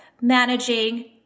managing